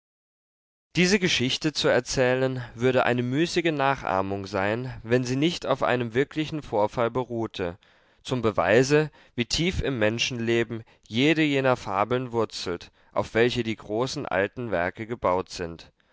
diese geschichte zu erzählen würde eine müßige nachahmung sein wenn sie nicht auf einem wirklichen vorfall beruhte zum beweise wie tief im menschenleben jede jener fabeln wurzelt auf welche die großen alten werke gebaut sind